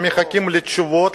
הם מחכים לתשובות,